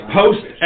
post